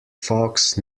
fox